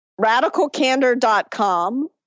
Radicalcandor.com